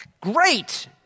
Great